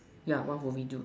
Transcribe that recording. yeah why will we do